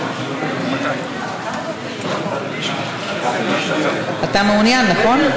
אתה מעוניין, נכון?